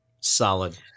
solid